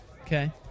Okay